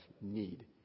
need